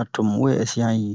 a to mu we ɛsi han yi